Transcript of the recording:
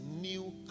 new